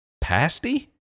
pasty